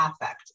affect